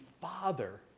father